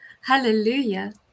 Hallelujah